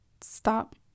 Stop